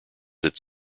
its